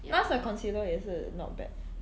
Nars 的 concealer 也是 not bad